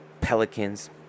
Pelicans